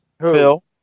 Phil